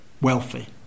wealthy